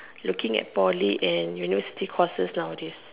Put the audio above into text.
looking at Poly and university courses nowadays